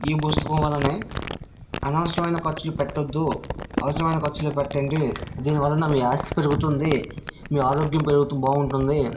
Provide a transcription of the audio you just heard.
ఈ పుస్తకం వలన అనవసరమైన ఖర్చులు పెట్టద్దు అవసరమైన ఖర్చులు పెట్టండి దీనివలన మీ ఆస్తి పెరుగుతుంది మీ ఆరోగ్యం పెరుగుతు బాగుంటుంది